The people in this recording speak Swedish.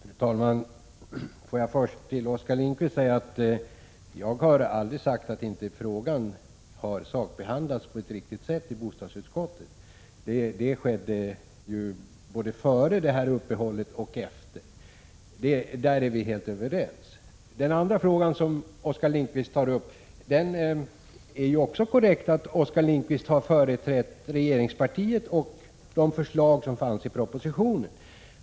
Fru talman! Får jag först till Oskar Lindkvist säga att jag aldrig har påstått att frågan inte har sakbehandlats på ett riktigt sätt i bostadsutskottet. Det skedde ju både före och efter detta uppehåll. Där är vi helt överens. Det är också korrekt att Oskar Lindkvist har företrätt regeringspartiet och de förslag som fanns i propositionen.